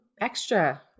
extra